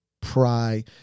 pry